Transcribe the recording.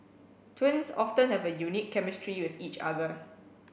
twins often have a unique chemistry with each other